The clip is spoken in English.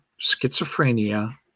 schizophrenia